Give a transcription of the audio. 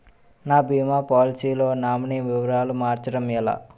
నా భీమా పోలసీ లో నామినీ వివరాలు మార్చటం ఎలా?